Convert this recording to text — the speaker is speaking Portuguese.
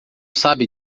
sabe